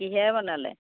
কিহেৰে বনালে